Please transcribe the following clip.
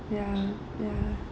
ya ya